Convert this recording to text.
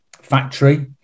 factory